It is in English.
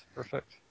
Perfect